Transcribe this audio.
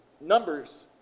Numbers